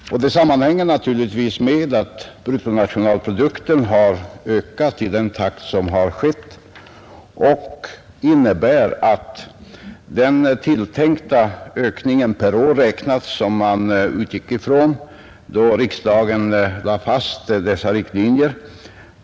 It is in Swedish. Det sammanhänger naturligtvis med att bruttonationalprodukten har ökat i den takt som har skett. Det innebär att den tilltänkta ökningen per år har kommit att bli en annan än den man utgick ifrån då riksdagen fastlade dessa riktlinjer.